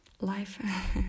life